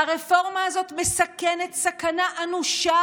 הרפורמה הזאת מסכנת סכנה אנושה,